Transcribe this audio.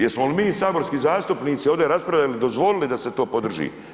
Jesmo li mi saborski zastupnici ovdje raspravljali, dozvolili da se to podrži?